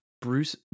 Bruce